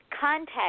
Contact